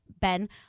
Ben